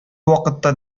вакытта